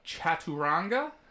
Chaturanga